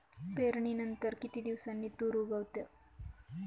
पेरणीनंतर किती दिवसांनी तूर उगवतो?